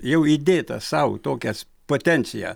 jau įdėtą sau tokias potenciją